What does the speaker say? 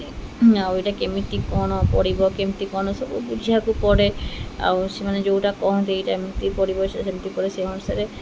ଆଉ ଏଇଟା କେମିତି କ'ଣ ପଡ଼ିବ କେମିତି କ'ଣ ସବୁ ବୁଝିବାକୁ ପଡ଼େ ଆଉ ସେମାନେ ଯେଉଁଟା କହନ୍ତି ଏଇଟା ଏମିତି ପଡ଼ିବ ସେମିତି ପଡ଼ିବ ସେଇ ଅନୁସାରେ